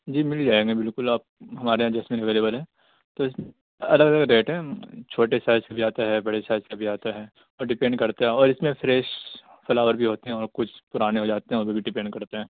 جی مل جائیں گے بالکل آپ ہمارے یہاں جسمین اویلیبل ہے تو الگ الگ ریٹ ہیں چھوٹے سائز کا بھی آتا ہے بڑے سائز کا بھی آتا ہے اور ڈیپینڈ کرتے ہیں اور اس میں فریش فلاور بھی ہوتے ہیں اور کچھ پرانے ہو جاتے ہیں وہ بھی ڈیپینڈ کرتے ہیں